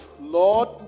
lord